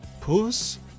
Puss